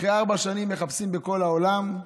אחרי ארבע שנים מחפשים מלכה בכל העולם,